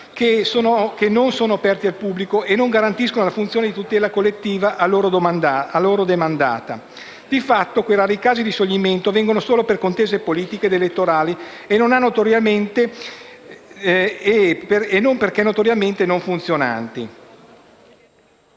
che non sono aperti al pubblico e che non garantiscono la funzione di tutela collettiva a loro demandata. Infatti i rari casi di scioglimento degli Ordini avvengono solo per contese politiche elettorali e non perché notoriamente non funzionanti.